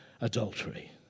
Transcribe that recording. adultery